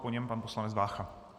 Po něm pan poslanec Vácha.